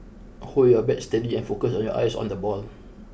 hold your bat steady and focus your eyes on the ball